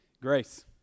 grace